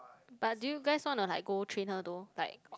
but do you guys wanna like go train her though like